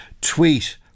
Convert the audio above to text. tweet